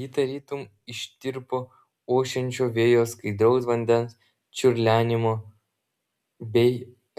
ji tarytum ištirpo ošiančio vėjo skaidraus vandens čiurlenimo bei